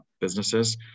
businesses